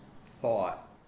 thought